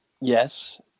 Yes